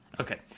Okay